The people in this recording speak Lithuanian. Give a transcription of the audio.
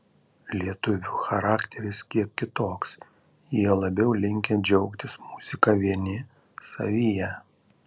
lietuvių charakteris kiek kitoks jie labiau linkę džiaugtis muzika vieni savyje